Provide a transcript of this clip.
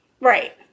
Right